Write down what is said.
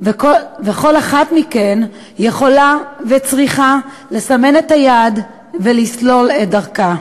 וכל אחת מכן יכולה וצריכה לסמן את היעד ולסלול את דרכה,